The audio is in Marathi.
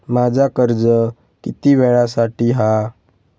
माझा कर्ज किती वेळासाठी हा?